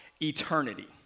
eternity